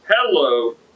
hello